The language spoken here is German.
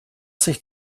sich